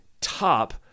top